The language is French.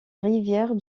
rivière